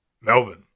Melbourne